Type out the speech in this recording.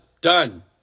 Done